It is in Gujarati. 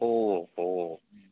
ઓહો